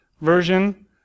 version